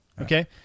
Okay